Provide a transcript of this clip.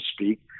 speak